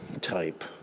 type